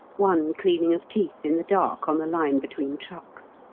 one cleaning of teeth in the dark on the line between trucks.